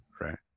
Right